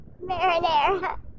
Marinara